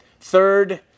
Third